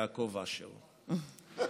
יעקב אשר,